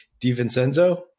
DiVincenzo